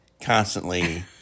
constantly